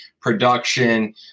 production